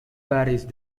pares